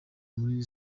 muri